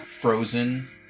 Frozen